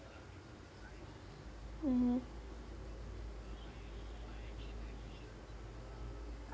mmhmm